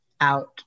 out